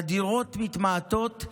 והדירות מתמעטות,